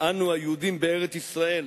אנו היהודים בארץ-ישראל,